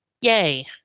yay